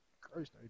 Christ